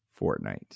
Fortnite